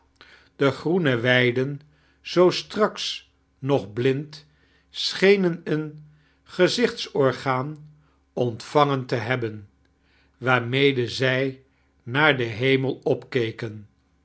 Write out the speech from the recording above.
die groene weddem zoo straks nog blind schenen een gezichtsorgaan ontvangen te hebbein waarmede zij naar den hemel opkeken